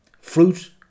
fruit